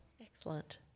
Excellent